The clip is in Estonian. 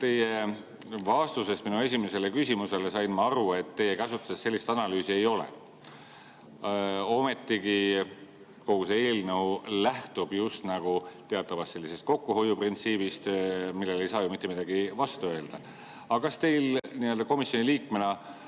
Teie vastusest minu esimesele küsimusele sain ma aru, et teie käsutuses sellist analüüsi ei ole. Ometigi kogu see eelnõu lähtub just nagu teatavast kokkuhoiuprintsiibist, millele ei saa ju mitte midagi vastu öelda. Aga kas teil komisjoni liikmena